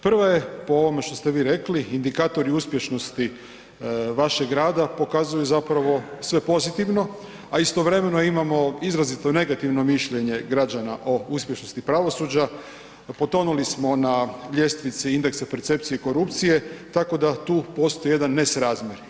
Prva je po ovome što ste vi rekli, indikatori uspješnosti vašeg rada pokazuju zapravo sve pozitivno, a istovremeno imao izrazito negativno mišljenje građana o uspješnosti pravosuđa, potonuli smo na ljestvici indeksa percepcije korupcije tako da tu postoji jedan nesrazmjer.